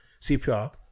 CPR